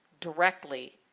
directly